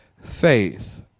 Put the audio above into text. faith